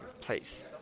place